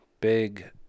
big